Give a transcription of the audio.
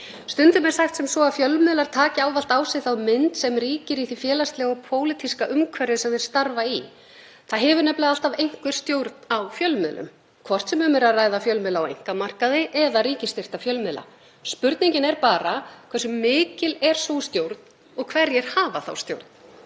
Stundum er sagt sem svo að fjölmiðlar taki ávallt á sig þá mynd sem ríkir í því félagslega og pólitíska umhverfi sem þeir starfa í. Það hefur nefnilega alltaf einhver stjórn á fjölmiðlum, hvort sem um er að ræða fjölmiðla á einkamarkaði eða ríkisstyrkta fjölmiðla. Spurningin er bara hversu mikil er sú stjórn og hverjir hafa þá stjórn?